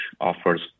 offers